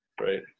Right